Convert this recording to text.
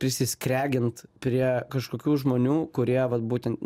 prisiskregint prie kažkokių žmonių kurie vat būtent